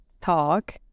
talk